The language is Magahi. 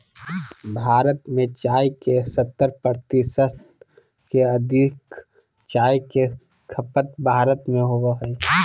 भारत में चाय के सत्तर प्रतिशत से अधिक चाय के खपत भारत में होबो हइ